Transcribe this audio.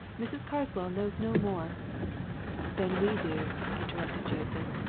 mrs. carswell knows no more than we do, interrupted joseph,